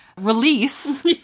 release